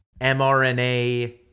mRNA